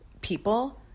people